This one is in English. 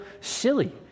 silly